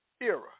era